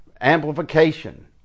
amplification